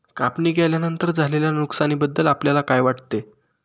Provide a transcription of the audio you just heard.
कापणी केल्यानंतर झालेल्या नुकसानीबद्दल आपल्याला काय वाटते?